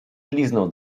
liznął